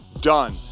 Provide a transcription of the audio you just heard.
done